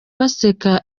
baseka